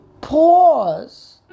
pause